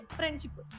friendship